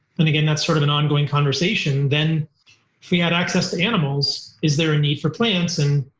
and again, that's sort of an ongoing conversation, then if we had access to animals, is there a need for plants? and